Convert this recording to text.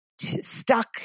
stuck